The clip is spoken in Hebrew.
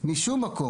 רעיון לא רע בכלל.